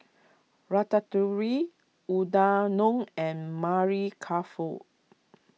Ratatouire Udanon and Mari Kof